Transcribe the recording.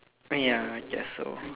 ya I guess so